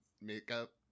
makeup